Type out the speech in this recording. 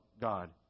God